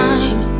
Time